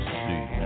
see